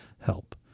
help